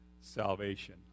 salvation